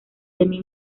demi